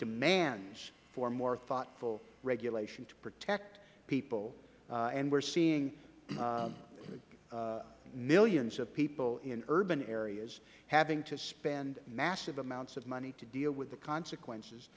demands for more thoughtful regulation to protect people and we are seeing millions of people in urban areas having to spend massive amounts of money to deal with the consequences